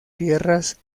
tierras